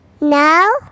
no